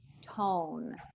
tone